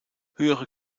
höhere